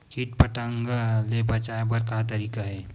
कीट पंतगा ले बचाय बर का तरीका हे?